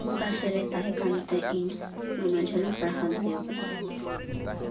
ᱤᱧ ᱯᱟᱥᱮᱨᱮ ᱛᱟᱸᱦᱮ ᱠᱟᱱ ᱛᱮ ᱤᱧ ᱱᱩᱱᱟᱹᱜ ᱡᱷᱟᱹᱞ ᱤᱧ ᱯᱟᱲᱦᱟᱣ ᱫᱟᱲᱮ ᱠᱟᱫᱟ